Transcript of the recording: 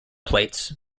plates